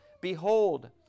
Behold